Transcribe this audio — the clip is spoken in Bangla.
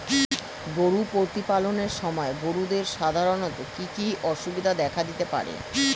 গরু প্রতিপালনের সময় গরুদের সাধারণত কি কি অসুবিধা দেখা দিতে পারে?